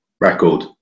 record